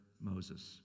Moses